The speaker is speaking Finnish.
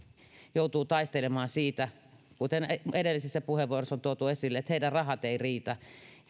joutuu taistelemaan siitä kuten edellisissä puheenvuoroissa on tuotu esille että heidän rahansa eivät riitä